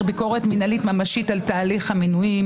ביקורת מינהלית ממשית על תהליך המינויים?